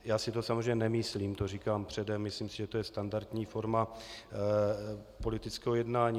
Já si to samozřejmě nemyslím, to říkám předem, myslím si, že to je standardní forma politického jednání.